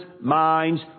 minds